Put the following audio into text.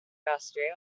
australia